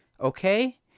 Okay